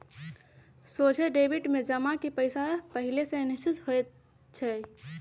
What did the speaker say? सोझे डेबिट में जमा के पइसा पहिले से निश्चित होइ छइ